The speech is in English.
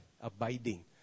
Abiding